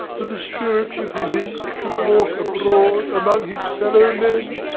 that the spirit within him should walk abroad among his fellowmen,